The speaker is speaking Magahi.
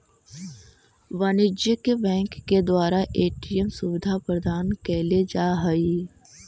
वाणिज्यिक बैंक के द्वारा ए.टी.एम सुविधा प्रदान कैल जा हइ